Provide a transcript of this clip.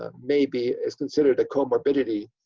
um maybe, is considered a comorbidity